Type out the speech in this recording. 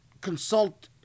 consult